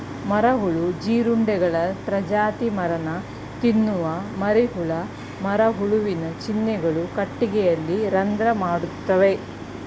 ಮರಹುಳು ಜೀರುಂಡೆಗಳ ಪ್ರಜಾತಿ ಮರನ ತಿನ್ನುವ ಮರಿಹುಳ ಮರಹುಳುವಿನ ಚಿಹ್ನೆಗಳು ಕಟ್ಟಿಗೆಯಲ್ಲಿ ರಂಧ್ರ ಮಾಡಿರ್ತವೆ